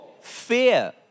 fear